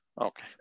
Okay